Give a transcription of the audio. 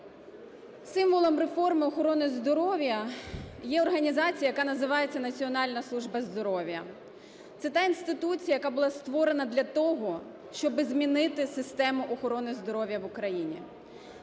Символом реформи охорони здоров'я є організація, яка називається "Національна служба здоров'я". Це та інституція, яка була створена для того, щоби змінити систему охорони здоров'я в Україні.